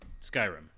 Skyrim